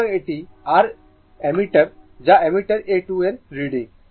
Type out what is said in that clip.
সুতরাং এটি r ammeter যা অ্যামমিটার A 2 এর রিডিং